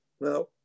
Now